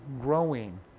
growing